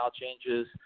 changes